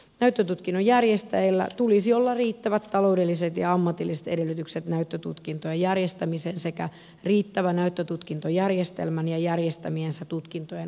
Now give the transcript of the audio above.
näyttötutkinnon järjestäjällä tulisi olla riittävät taloudelliset ja ammatilliset edellytykset näyttötutkintojen järjestämiseen sekä riittävä näyttötutkintojärjestelmän ja järjestämiensä tutkintojen asiantuntemus